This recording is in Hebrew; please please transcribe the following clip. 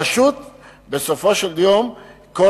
הרשות בסופו של דבר קורסת.